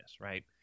right